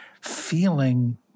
feeling